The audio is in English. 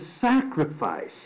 sacrifice